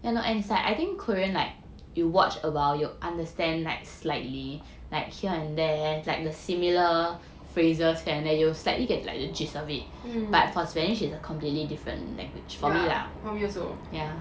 mm yeah for me also